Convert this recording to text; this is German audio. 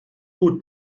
tut